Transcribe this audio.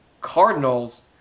Cardinals